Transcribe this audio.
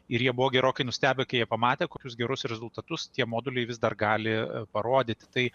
ir jie buvo gerokai nustebę kai jie pamatė kokius gerus rezultatus tie moduliai vis dar gali parodyti tai